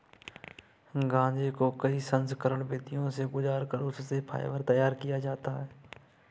गांजे को कई संस्करण विधियों से गुजार कर उससे फाइबर तैयार किया जाता है